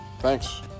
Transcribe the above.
Thanks